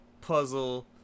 puzzle